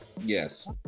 Yes